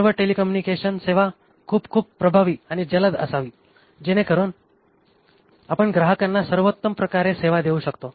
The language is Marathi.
सर्व टेलीकॉम्युनिकेशन सेवा खूप खूप प्रभावी आणि जलद असावी जेवेकरून आपण ग्राहकांना सर्वोत्तमप्रकारे सेवा देऊ शकतो